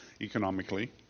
economically